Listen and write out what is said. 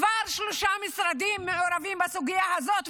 כבר שלושה משרדים מעורבים בסוגיה הזאת.